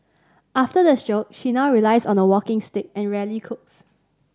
after the stroke she now relies on a walking stick and rarely cooks